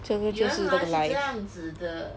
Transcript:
就是这个 life